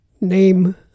name